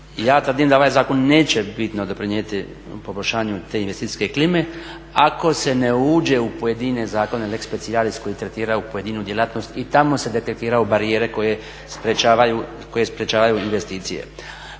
Ja tvrdim da ovaj zakon neće bitno doprinijeti poboljšanju te investicijske klime ako se ne uđe u pojedine zakone lex specialis koji tretiraju pojedinu djelatnost i tamo se detektiraju barijere koje sprječavaju investicije.